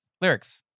lyrics